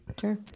Sure